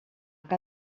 que